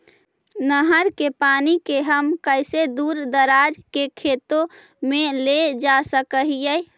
नहर के पानी के हम कैसे दुर दराज के खेतों में ले जा सक हिय?